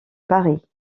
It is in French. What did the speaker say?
paris